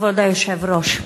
כבוד היושב-ראש,